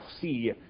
see